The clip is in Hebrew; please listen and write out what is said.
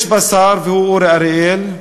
יש בה שר, אורי אריאל,